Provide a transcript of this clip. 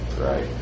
right